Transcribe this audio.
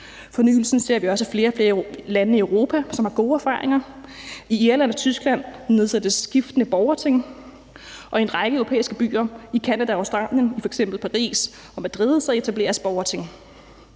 Fornyelsen ser vi også i flere og flere lande i Europa, som har gode erfaringer. I Irland og Tyskland nedsættes skiftende borgerting. Og i en række europæiske byer, f.eks. Paris og Madrid, og i Canada og Australien etableres borgerting.